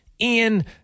Ian